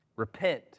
Repent